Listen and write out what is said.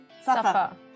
Safa